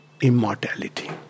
immortality